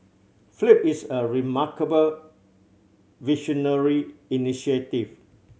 flip is a remarkable visionary initiative